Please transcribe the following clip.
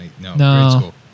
no